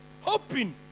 hoping